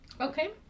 Okay